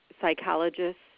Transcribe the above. psychologists